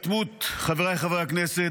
חבריי חברי הכנסת,